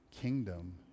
kingdom